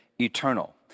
eternal